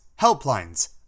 helplines